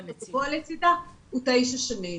העונש הוא תשע שנים.